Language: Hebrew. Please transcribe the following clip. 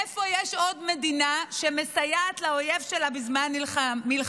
איפה יש עוד מדינה שמסייעת לאויב שלה בזמן מלחמה?